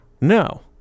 No